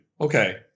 okay